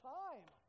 time